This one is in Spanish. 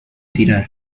tirar